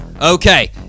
Okay